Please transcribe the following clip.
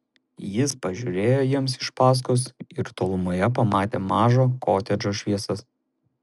jis pažiūrėjo jiems iš paskos ir tolumoje pamatė mažo kotedžo šviesas